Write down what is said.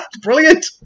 Brilliant